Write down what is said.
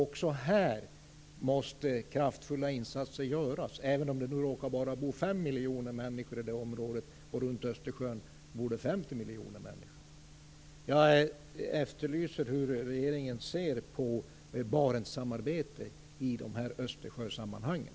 Också här måste kraftfulla insatser göras, även om det bara råkar bo fem miljoner människor i det området medan det runt Östersjön bor 50 miljoner. Jag efterlyser regeringens syn på Barentssamarbetet i Östersjösammanhanget.